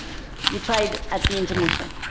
you try it at the intermission